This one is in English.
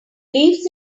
leaves